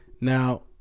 Now